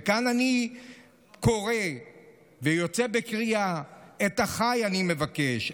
וכאן אני יוצא בקריאה: את אחיי אני מבקש.